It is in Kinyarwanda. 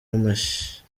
amashyi